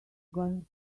going